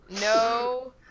No